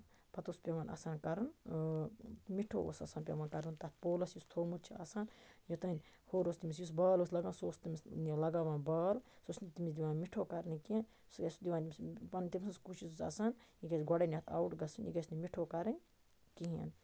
پَتہٕ اوس پیٚوان آسان کَرُن مِٹھوٗ اوس آسان پیٚوان کَرُن تتھ پولَس یُس تھوومُت چھُ آسان یوٚتام ہور اوس یُس بال اوس لگاوان سُہ اوس تٔمِس لَگاوان بال سُہ اوس نہٕ تٔمِس دِوان مِٹھو کَرنہٕ کینٛہہ سُہ ٲسۍ دِوان ییٚمِس تٔمۍ سٕنٛز کوٗشِش ٲس آسان یہِ گَژھِ گۄڈنیٚتھ اَوُٹ گَژھُن یہِ گَژھِ نہٕ مِٹھوٗ کَرٕنۍ کِہیٖنۍ